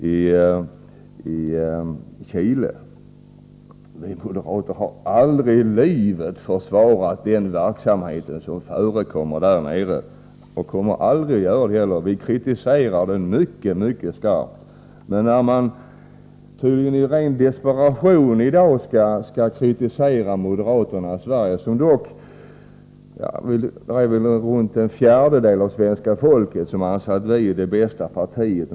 Vi moderater har aldrig i livet försvarat den verksamhet som förekommer där och kommer heller aldrig att göra det. Vi kritiserar den mycket skarpt. Men man skall tydligen — i ren desperation — i dag kritisera moderaterna i Sverige, och ändå anser runt en fjärdedel av svenska folket att vi är det bästa partiet.